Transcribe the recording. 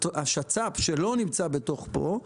השצ"פ שלא נמצא פה,